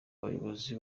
bayobozi